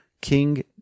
King